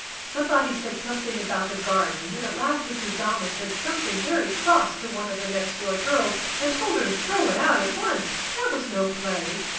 somebody said something about the garden, and at last mrs. donnelly said something very cross to one of the next-door girls and told her to throw it out at once that was no play.